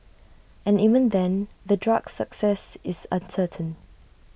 and even then the drug's success is uncertain